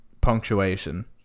punctuation